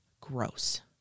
gross